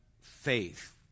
faith